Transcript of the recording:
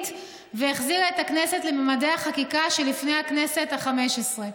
והחזירה את הכנסת לממדי החקיקה שלפני הכנסת החמש עשרה.